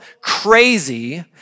crazy